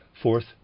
fourth